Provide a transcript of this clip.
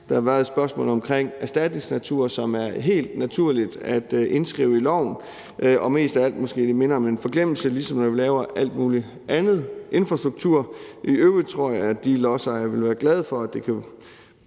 Der var et spørgsmål omkring erstatningsnatur, som er helt naturligt at indskrive i loven, og som mest af alt måske minder lidt om en forglemmelse, ligesom når vi laver alt muligt andet infrastruktur. I øvrigt tror jeg, at de lodsejere vil være glade for, at det er